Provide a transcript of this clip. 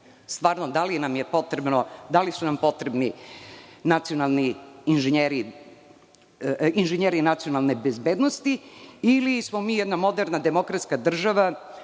Stvarno, da li su nam potrebni inženjeri nacionalne bezbednosti ili smo mi jedna moderna demokratska država